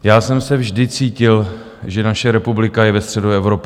Já jsem se vždy cítil, že naše republika je ve středu Evropy.